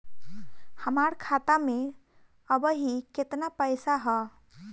हमार खाता मे अबही केतना पैसा ह?